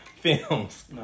films